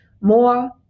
more